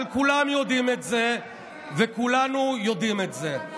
אבל כולם יודעים את זה וכולנו יודעים את זה.